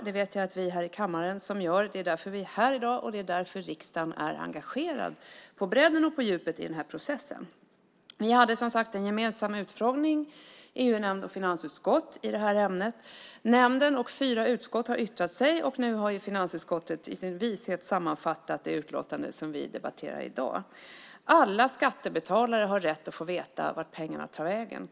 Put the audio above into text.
Jag vet att vi här i kammaren gör det. Det är därför vi är här i dag och det är därför som riksdagen är engagerad på både bredden och djupet i den här processen. EU-nämnden och finansutskottet har, som sagts, haft en gemensam utfrågning i det här ämnet. Nämnden och fyra utskott har yttrat sig, och nu har finansutskottet i sin vishet sammanfattat det utlåtande som vi i dag här debatterar. Alla skattebetalare har rätt att få veta vart pengarna tar vägen.